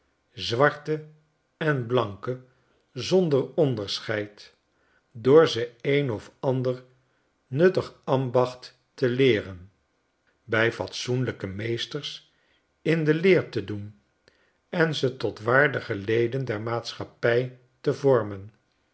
zwarte en blanke zonder onderscheid door ze een of ander nuttig ambacht te leeren bij fatsoenlijke meesters in de leer te doen en ze tot waardige leden der maatschappij te vormen